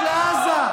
על הבתים, על, לך לעזה.